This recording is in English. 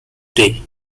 day